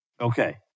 Okay